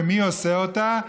ומי עושה אותו?